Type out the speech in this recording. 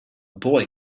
boy